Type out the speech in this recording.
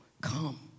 come